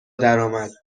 درآمد